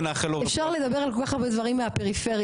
אפשר לדבר על כל כך הרבה דברים מהפריפריה,